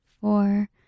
four